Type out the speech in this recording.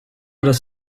das